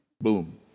boom